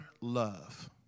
Love